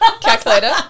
Calculator